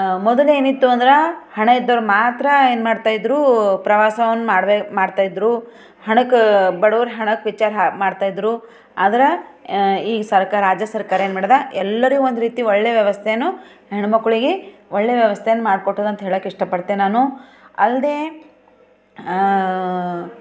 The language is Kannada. ಮೊದಲೇನಿತ್ತು ಅಂದ್ರೆ ಹಣ ಇದ್ದೋರು ಮಾತ್ರ ಏನು ಮಾಡ್ತಾ ಇದ್ದರು ಪ್ರವಾಸವನ್ನು ಮಾಡ್ಬೇ ಮಾಡ್ತಾ ಇದ್ದರು ಹಣಕ್ಕೆ ಬಡವ್ರು ಹಣಕ್ಕೆ ವಿಚಾರ ಮಾಡ್ತಾ ಇದ್ದರು ಆದರೆ ಈಗ ಸರ್ಕಾರ ರಾಜ್ಯ ಸರ್ಕಾರ ಏನು ಮಾಡ್ದ ಎಲ್ಲರಿಗೂ ಒಂದು ರೀತಿ ಒಳ್ಳೆಯ ವ್ಯವಸ್ಥೆಯನ್ನು ಹೆಣ್ಣುಮಕ್ಕ್ಳಿಗೆ ಒಳ್ಳೆಯ ವ್ಯವಸ್ಥೆಯನ್ನು ಮಾಡಿಕೊಟ್ಟದ ಅಂತ ಹೇಳಕ್ಕೆ ಇಷ್ಟಪಡ್ತೆನೆ ನಾನು ಅಲ್ಲದೆ